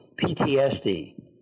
PTSD